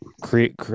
create